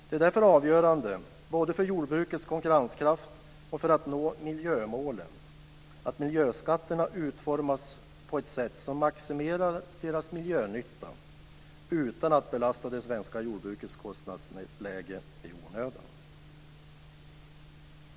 Det är därför avgörande, både för jordbrukets konkurrenskraft och för att nå miljömålen att miljöskatterna utformas på ett sätt som maximerar deras miljönytta utan att belasta det svenska jordbrukets kostnadsläge i onödan.